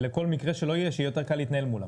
לכל מקרה שלא יהיה שיהיה יותר קל להתנהל מולם.